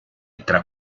tra